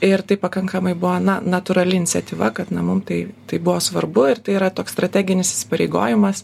ir tai pakankamai buvo na natūrali iniciatyva kad na mum tai tai buvo svarbu ir tai yra toks strateginis įsipareigojimas